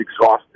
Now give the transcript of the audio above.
exhausted